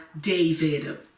David